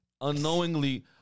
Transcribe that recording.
Unknowingly